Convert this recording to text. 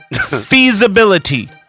Feasibility